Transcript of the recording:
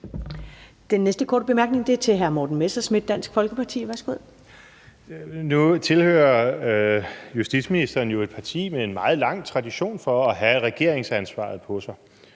Den næste korte bemærkning er fra hr. Morten Messerschmidt, Dansk Folkeparti. Værsgo. Kl. 16:13 Morten Messerschmidt (DF): Nu tilhører justitsministeren jo et parti med en meget lang tradition for at have regeringsansvaret på sig.